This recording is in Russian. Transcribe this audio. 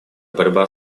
борьба